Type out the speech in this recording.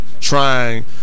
Trying